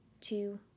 two